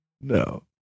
No